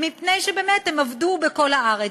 מפני שבאמת הם עבדו בכל הארץ,